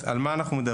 אז על מה אנחנו מדברים?